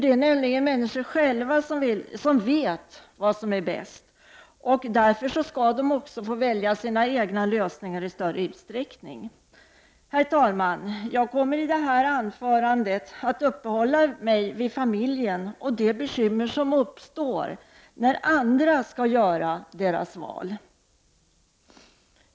Det är nämligen människorna själva som vet vad som är bäst, och därför skall de också få välja sina egna lösningar i större utsträckning. Herr talman! Jag kommer i detta anförande att uppehålla mig vid familjen och de bekymmer som uppstår när andra skall göra dess val.